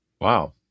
Wow